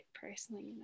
personally